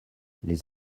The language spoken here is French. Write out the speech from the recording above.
les